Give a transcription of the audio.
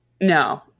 No